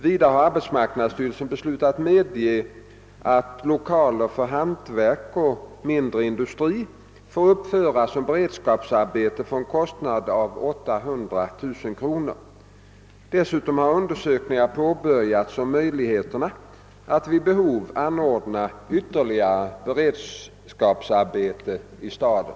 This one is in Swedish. Vidare har arbetsmarknadssty relsen beslutat medge att lokaler för hantverk och mindre industri får uppföras som beredskapsarbete för en kostnad av 800 000 kronor. Dessutom har undersökningar påbörjats om möjligheterna att vid behov anordna ytterligare beredskapsarbeten i staden.